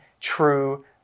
true